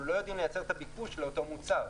לא יודעים לייצר את הביקוש לאותו מוצר.